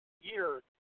year